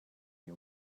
you